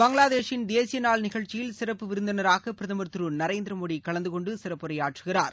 பங்களாதேஷின் தேசிய நாள் நிகழ்ச்சியில் சிறப்பு விருந்தினராக பிரதமர் திரு மோடி கலந்து கொண்டு சிறப்புரையாற்றுகிறார்